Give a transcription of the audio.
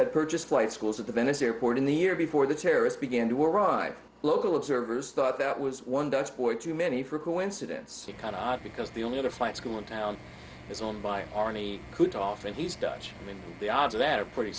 had purchased flight schools at the venice airport in the year before the terrorists began to arrive local observers thought that was one does for too many for coincidence you cannot because the only other flight school in town is owned by arnie could often he's dutch and the odds of that are pretty